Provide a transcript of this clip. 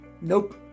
nope